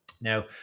Now